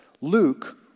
Luke